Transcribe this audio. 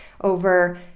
over